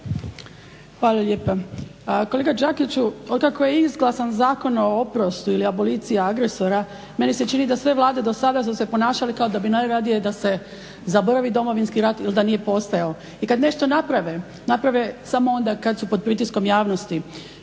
Hvala lijepa. Kolega Đakiću, od kako je izglasan Zakon o oprostu ili abolicija agresora meni se čini da sve vlade do sada su se ponašale kao da bi najradije da se zaboravi Domovinski rat ili da nije postojao. I kad nešto naprave, naprave samo onda kad su pod pritiskom javnosti.